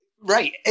right